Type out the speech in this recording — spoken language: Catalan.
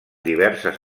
diverses